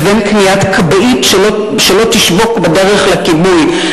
לבין קניית כבאית שלא תשבוק בדרך לכיבוי.